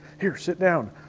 here, sit down!